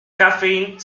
caféine